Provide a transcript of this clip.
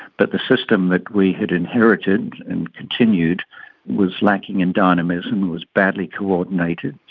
but the system that we had inherited and continued was lacking in dynamism, it was badly coordinated,